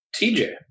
TJ